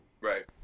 right